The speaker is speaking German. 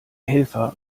helfer